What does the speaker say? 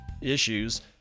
issues